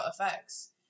effects